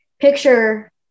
picture